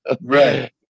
right